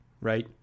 right